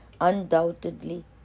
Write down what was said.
Undoubtedly